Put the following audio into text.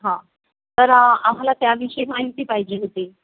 हां तर आम्हाला त्याविषयी माहिती पाहिजे होती